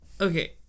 okay